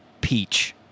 peach